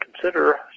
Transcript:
consider